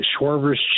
Schwarber's